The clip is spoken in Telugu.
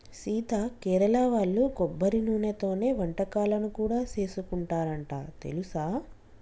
సీత కేరళ వాళ్ళు కొబ్బరి నూనెతోనే వంటకాలను కూడా సేసుకుంటారంట తెలుసా